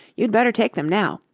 you'd better take them now.